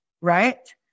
Right